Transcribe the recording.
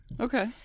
okay